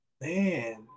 Man